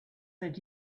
that